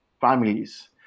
families